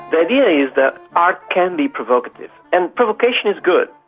the idea is that art can be provocative, and provocation is good.